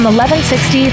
1160